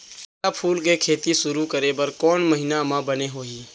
गेंदा फूल के खेती शुरू करे बर कौन महीना मा बने होही?